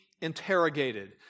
interrogated